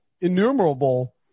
innumerable